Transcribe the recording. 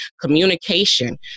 communication